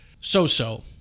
so-so